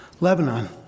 Lebanon